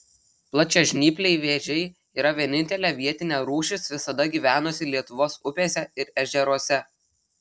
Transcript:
plačiažnypliai vėžiai yra vienintelė vietinė rūšis visada gyvenusi lietuvos upėse ir ežeruose